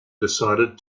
decided